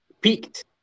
peaked